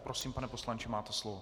Prosím, pane poslanče, máte slovo.